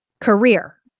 career